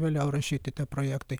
vėliau rašyti tie projektai